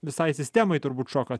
visai sistemai turbūt šokas